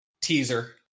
teaser